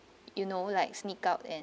you know like sneak out and